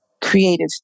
creative